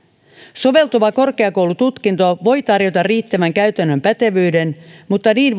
soveltuva korkeakoulututkinto voi tarjota riittävän käytännön pätevyyden mutta niin